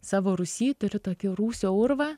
savo rūsy turiu tokį rūsio urvą